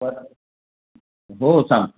हो सांग